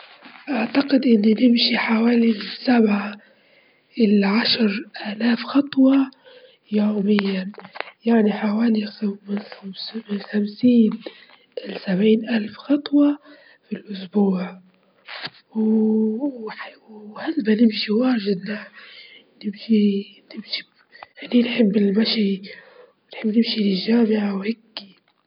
طبعًا مثلًا اربعة، تسعة، اتنين، اتناش، سبعة، خمسة، تلتاش، صفر، خمستاش، عشرة ، تمانية، ستة، إحداش، واحد، تلاتة.